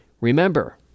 Remember